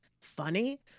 funny